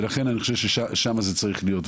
לכן אני חושב ששם זה צריך להיות.